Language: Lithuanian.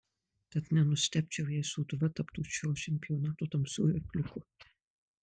tad nenustebčiau jei sūduva taptų šio čempionato tamsiuoju arkliuku